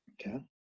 Okay